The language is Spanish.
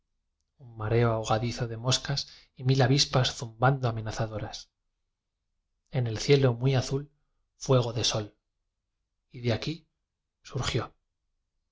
un mareo ahoga dizo de moscas y mil abispas zumbando ti biblioteca nacional de españa amenazadoras en el cielo muy azul fuego de sol y de aquí surgió